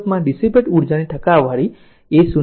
4 joule છે આમ 1 Ω અવરોધમાં ડીસીપેટ ઉર્જાની ટકાવારી એ 0